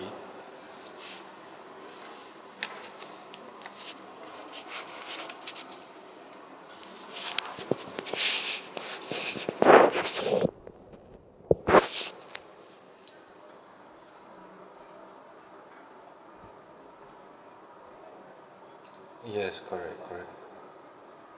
yes correct correct